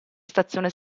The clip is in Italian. stazione